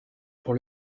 pour